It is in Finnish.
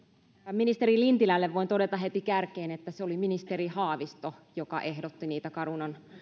ministeri lintilälle voin todeta heti kärkeen että se oli ministeri haavisto joka ehdotti niitä carunan